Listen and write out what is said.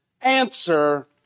answer